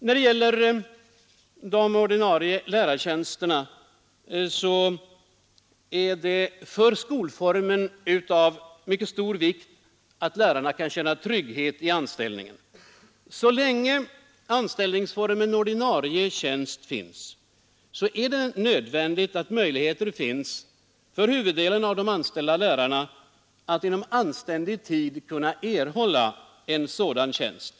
När det gäller de ordinarie lärartjänsterna, är det för skolformen av mycket stor vikt att lärarna känner trygghet i anställningen. Så länge anställningsformen ordinarie tjänst finns, är det nödvändigt att möjligheter finns för huvuddelen av de anställda lärarna att inom anständig tid kunna erhålla en sådan tjänst.